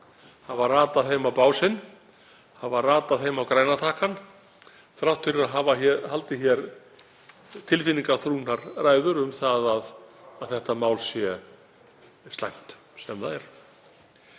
hafa ratað heim á básinn, hafa ratað á græna takkann þrátt fyrir að hafa haldið tilfinningaþrungnar ræður um að þetta mál sé slæmt, sem það er.